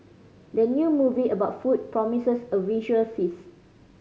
the new movie about food promises a visual feast